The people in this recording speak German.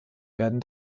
werden